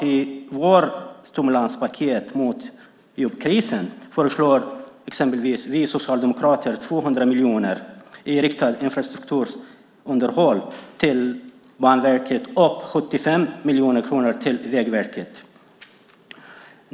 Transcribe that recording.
I vårt stimulanspaket mot jobbkrisen föreslår vi socialdemokrater 200 miljoner kronor i riktat infrastrukturunderhåll till Banverket och 75 miljoner kronor till Vägverket.